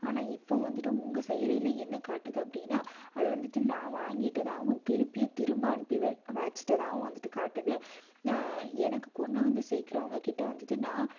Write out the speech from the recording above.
ஆனால் இப்போது வந்துட்டு உங்கள் செயலியில் என்ன காட்டுது அப்படினா அது வந்துட்டு நான் வாங்கிவிட்டதாவும் திருப்பியும் திரும்ப அனுப்பி வைச்சிட்டதாவும் வந்துட்டு காட்டுது எனக்கு கொண்டு வந்து சேக்குறவங்க கிட்டே வந்துட்டு நான்